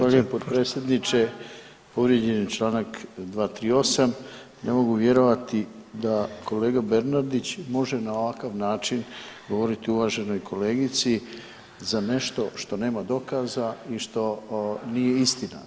Zahvaljujem potpredsjedniče, povrijeđen je Članak 238., ne mogu vjerovati da kolega Bernardić može na ovakav način govoriti uvaženoj kolegici za nešto što nema dokaza ni što nije istina.